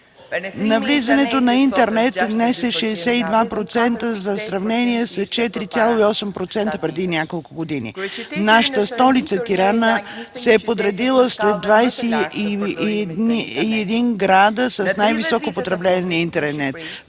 Навлизането на интернет днес е 62%, за сравнение от 4,8% преди няколко години. Нашата столица Тирана е подредена сред 21 града с най-високо потребление на интернет.